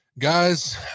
Guys